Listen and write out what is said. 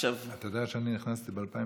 אתה יודע שאני נכנסתי ב-2003.